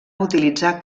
utilitzar